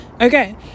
Okay